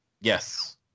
Yes